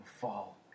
fall